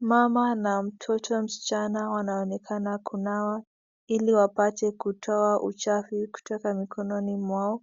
Mama na mtoto msichana anaonekana wakinawa ili wapate kutoa uchafu katika mkononi mwao.